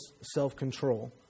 self-control